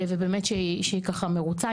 ובאמת שהיא ככה מרוצה,